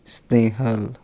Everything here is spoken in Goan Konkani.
स्नेहल